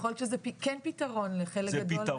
יכול להיות שזה כן פתרון לחלק גדול,